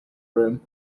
room